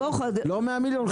לא 100 מיליון.